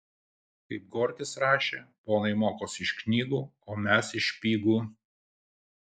kaip gorkis rašė ponai mokosi iš knygų o mes iš špygų